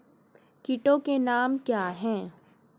कीटों के नाम क्या हैं?